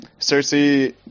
Cersei